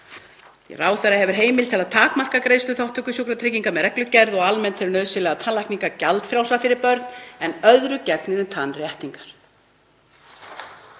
að ráðherra hefur heimild til að takmarka greiðsluþátttöku sjúkratrygginga með reglugerð og almennt eru nauðsynlegar tannlækningar gjaldfrjálsar fyrir börn en öðru máli gegnir um tannréttingar.